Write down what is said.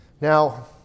Now